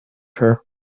her